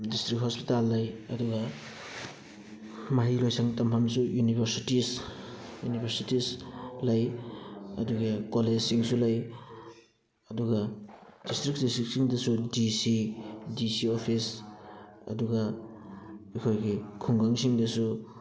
district hospital ꯂꯩ ꯑꯗꯨꯒ ꯃꯍꯩꯂꯣꯏꯁꯪ ꯇꯝꯐꯝꯁꯨ ꯌꯨꯅꯤꯕꯔꯁꯤꯇꯤꯁ ꯌꯨꯅꯤꯕꯔꯁꯤꯇꯤꯁ ꯂꯩ ꯑꯗꯨꯒ ꯀꯣꯂꯦꯖꯁꯤꯡꯁꯨ ꯂꯩ ꯑꯗꯨꯒ ꯗꯤꯁꯇ꯭ꯔꯤꯛ ꯗꯤꯁꯇ꯭ꯔꯤꯛꯁꯤꯡꯗꯁꯨ ꯗꯤꯁꯤ ꯗꯤꯁꯤ ꯑꯣꯐꯤꯁ ꯑꯗꯨꯒ ꯑꯩꯈꯣꯏꯒꯤ ꯈꯨꯡꯒꯪꯁꯤꯡꯗꯁꯨ